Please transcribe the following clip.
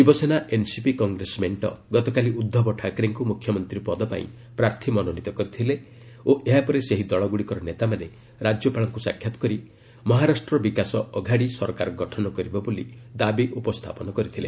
Shiv Sena NCP Congress ମେଣ୍ଟ ଗତକାଲି ଉଦ୍ଧବ ଠାକରେଙ୍କୁ ମୁଖ୍ୟମନ୍ତ୍ରୀ ପଦ ପାଇଁ ପ୍ରାର୍ଥୀ ମନୋନୀତ କରିଥିଲେ ଓ ଏହା ପରେ ସେହି ଦଳଗୁଡ଼ିକର ନେତାମାନେ ରାଜ୍ୟପାଳଙ୍କୁ ସାକ୍ଷାତ କରି 'ମହାରାଷ୍ଟ୍ର ବିକାଶ ଅଘାଡ଼ି' ସରକାର ଗଠନ କରିବ ବୋଲି ଦାବି ଉପସ୍ଥାପନ କରିଥିଲେ